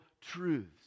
truths